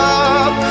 up